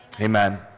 amen